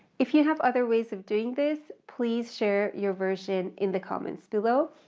if you have other ways of doing this please share your version in the comments below,